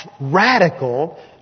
radical